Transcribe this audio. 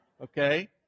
Okay